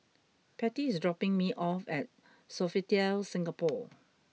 Pattie is dropping me off at Sofitel Singapore